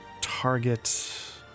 target